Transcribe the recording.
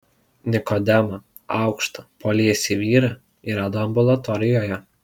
nikodemą aukštą poliesį vyrą ji rado ambulatorijoje